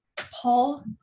Paul